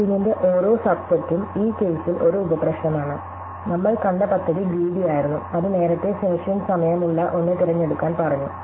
ബുക്കിംഗിന്റെ ഓരോ സബ് സെറ്റും ഈ കേസിൽ ഒരു ഉപപ്രശ്നമാണ് നമ്മൾ കണ്ട പദ്ധതി ഗ്രീടിയായിരുന്നു അത് നേരത്തെ ഫിനിഷിംഗ് സമയമുള്ള ഒന്ന് തിരഞ്ഞെടുക്കാൻ പറഞ്ഞു